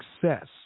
success